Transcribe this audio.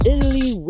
Italy